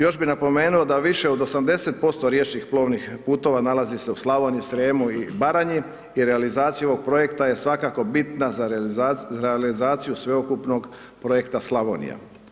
Još bi napomenuo da više od 80% riječnih plovnih putova nalazi se u Slavoniji, Srijemu i Baranji, i realizaciji ovog projekta je svakako bitna za realizaciju sveukupnog projekta Slavonija.